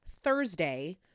Thursday